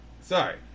sorry